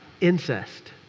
incest